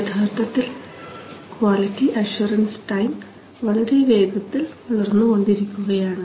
യഥാർത്ഥത്തിൽ quality assurance time വളരെ വേഗത്തിൽ വളർന്നുകൊണ്ടിരിക്കുകയാണ്